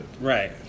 Right